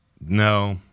No